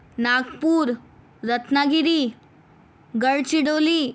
Nagpur Ratnagiri Gadchiroli